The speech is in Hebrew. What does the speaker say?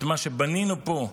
את מה שבנינו פה,